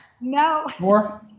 No